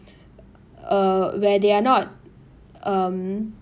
uh where they are not um